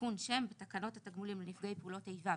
תיקון שם ותקנות התגמולים לנפגעי פעולות איבה,